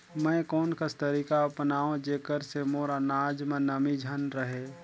मैं कोन कस तरीका अपनाओं जेकर से मोर अनाज म नमी झन रहे?